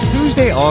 Tuesday